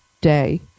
day